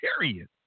period